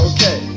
Okay